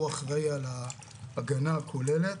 הוא האחראי על ההגנה הכוללת